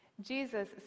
Jesus